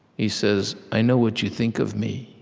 he says, i know what you think of me.